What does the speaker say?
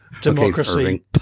democracy